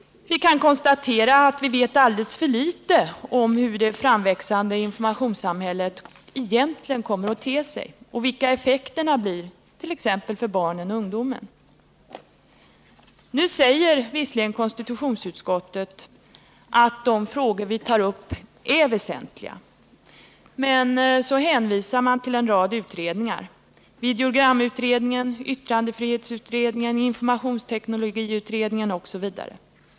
Vi kan konstatera att vi vet alldeles för litet om hur det framväxande informationssamhället egentligen kommer att te sig och vilka effekterna blir t.ex. för barnen och ungdomen. Nu säger visserligen konstitutionsutskottet att de frågor vi tar upp är väsentliga, men så hänvisar man till en rad utredningar: videogramutredningen, yttrandefrihetsutredningen, informationsteknologiutredningen osv.